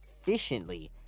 efficiently